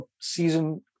season